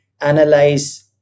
analyze